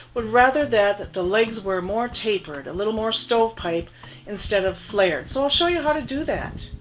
would rather that that the legs were more tapered, a little more stovepipe instead of flared. so i'll show you how to do that.